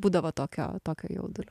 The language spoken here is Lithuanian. būdavo tokio tokio jaudulio